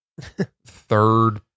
third